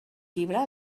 llibre